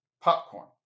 Popcorn